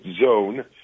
zone